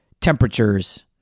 temperatures